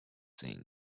thing